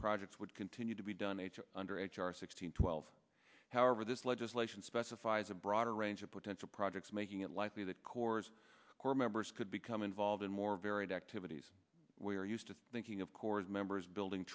projects would continue to be done major under h r six hundred twelve however this legislation specifies a broader range of potential projects making it likely that corps corps members could become involved in more varied activities we're used to thinking of corps members building